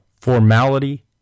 Formality